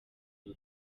and